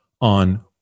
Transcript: on